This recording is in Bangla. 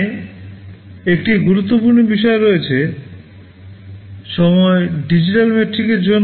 এখানে একটি গুরুত্বপূর্ণ বিষয় রয়েছে সময় ডিজিটাল মেট্রিকের জন্য